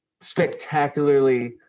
spectacularly